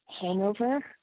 hangover